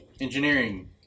Engineering